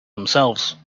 themselves